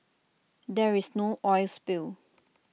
there is no oil spill